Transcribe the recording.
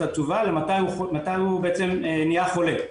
התשובה אלא מתי בעצם הוא נהיה חולה.